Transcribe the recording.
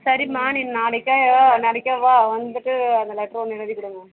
சரிமா நீ நாளைக்கா நாளைக்கா வா வந்துட்டு ஒரு லெட்டர் ஒன்று எழுதி கொடுங்க